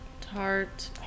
Tart